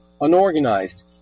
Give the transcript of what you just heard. unorganized